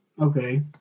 Okay